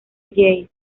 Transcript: yale